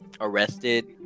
arrested